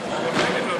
הצעת סיעות יהדות התורה,